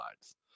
sides